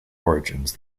origins